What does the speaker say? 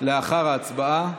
לאחר ההצבעה.